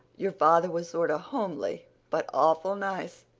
your father was sorter homely but awful nice.